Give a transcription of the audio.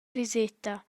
viseta